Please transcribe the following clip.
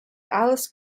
alice